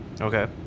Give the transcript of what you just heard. Okay